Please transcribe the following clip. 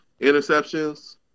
Interceptions